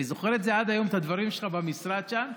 אני זוכר עד היום את הדברים שלך במשרד שם,